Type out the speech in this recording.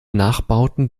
nachbauten